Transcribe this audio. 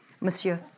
Monsieur